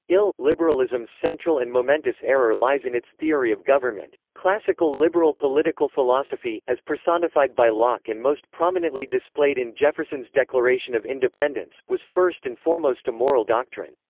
ill. liberalism's central and momentous error lies in its theory of government. classical-liberal political philosophy as personified by locke and most prominently displayed in jefferson's declaration of independence was first and foremost a moral doctrine.